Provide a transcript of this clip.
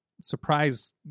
surprise